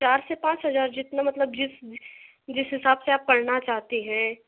चार से पाँच हज़ार जितना मतलब जिस जिस जिस हिसाब से आप पढ़ना चाहती हैं